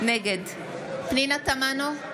נגד פנינה תמנו,